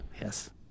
Yes